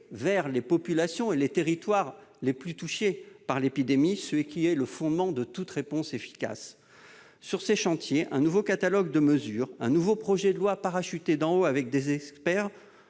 vers les populations et les territoires les plus touchés, fondement de toute réponse efficace à une épidémie. Sur ces chantiers, un nouveau catalogue de mesures, un nouveau projet de loi parachuté d'en haut avec des experts